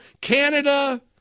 Canada